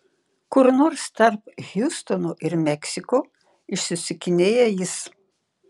kur nors tarp hjustono ir meksiko išsisukinėja jis